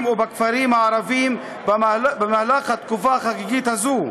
ובכפרים הערביים בתקופה החגיגית הזאת,